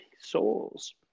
souls